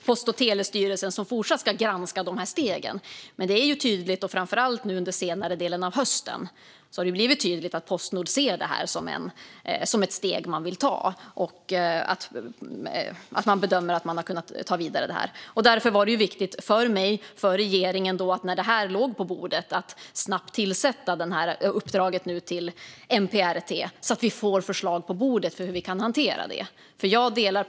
Post och telestyrelsen ska fortsatt granska de här stegen. Men framför allt nu under senare delen av hösten har det blivit tydligt att Postnord ser detta som steg man vill ta. Man bedömer att man kan gå vidare med det. Därför var det viktigt för mig och för regeringen när det här låg på bordet att snabbt ge uppdraget till MPRT, så att vi får förslag på bordet om hur vi kan hantera detta.